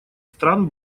стран